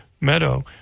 Meadow